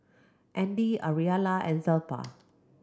Andy Ariella and Zelpha